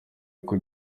ngo